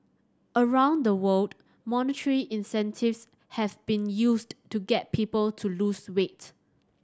around the world monetary incentives have been used to get people to lose weight